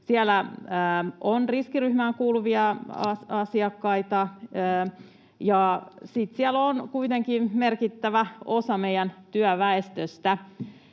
siellä on riskiryhmään kuuluvia asiakkaita ja kuitenkin merkittävä osa meidän työväestöstä